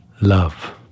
love